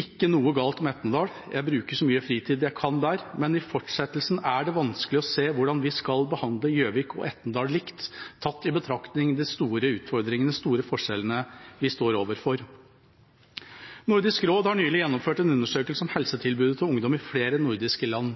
ikke noe galt med Etnedal – jeg bruker så mye fritid jeg kan der – men i fortsettelsen er det vanskelig å se hvordan vi skal behandle Gjøvik og Etnedal likt, tatt i betraktning de store forskjellene vi står overfor. Nordisk råd har nylig gjennomført en undersøkelse om ungdoms helsetilbud i flere nordiske land.